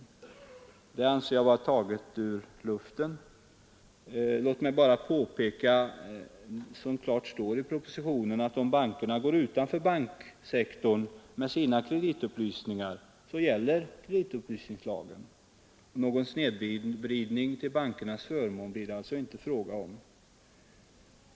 Detta påstående anser jag vara gripet ur luften. Låt mig bara påpeka, som klart står i propositionen, att om bankerna går utanför banksektorn med sina kreditupplysningar så gäller kreditupplysningslagen. Någon snedvridning till bankernas förmån blir det alltså inte fråga om.